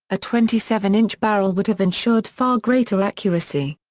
a twenty seven inch barrel would have ensured far greater accuracy.